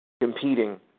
competing